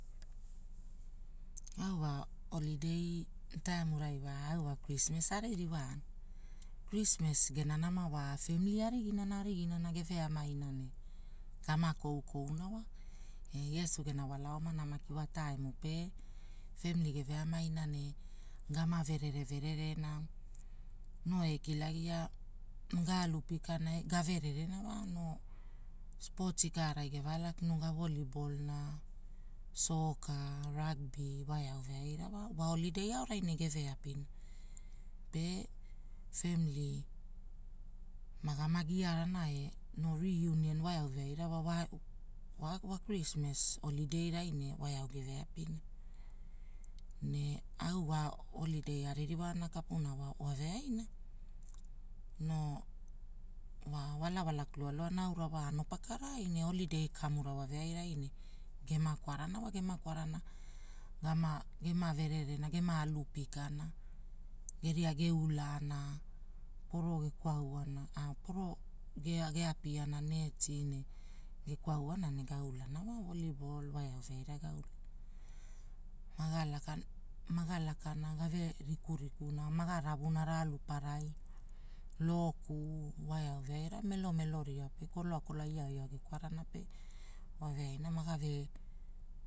Au wa olidei etaemnai wa krismas aririwaana. Krismas gena nama wa femili arigira arigiana geve amaina wa tama koukouna wa ne iesu gena wala omana maki wa taimu pe, femli geveaimainane, gama verere vererena. Noo ekilagia noo galu pikana e gavererena wa no, spooti kaara gevapina ne gawolibolna, soka, ragby wa. eau veaira wa. Wa olidei aonai ne geveapina geveapina, pe femli magama giarana e noo riunioon wae au veaira wa, wa krismas olideirai ne wa eau geveapina. Ne au wa olidei aririwaana kapuna wa, waaveaina noo wa walawalaka naura wa ano pakarai ne olidei kamura wavearai. ne gema kwarana wa gemakwarana gama gema vererena gema alu pikana geria geulana, pono gekwauana aa pono geapiana neetine gekwauana ne gaulana wa wolibol wa eau veaira gapi. Maga lakana, magalakana gave rikuriku na maga ravuna maalu parai, loku wa eau veaina melo melo ria, pe. koloa koloa ia iao gekalana pe magave